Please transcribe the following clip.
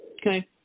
Okay